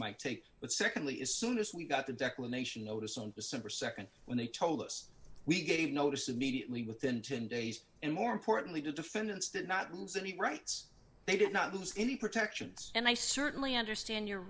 might take but secondly as soon as we got the declamation notice on december nd when they told us we gave notice immediately within ten days and more importantly the defendants did not lose any rights they did not lose any protections and i certainly understand your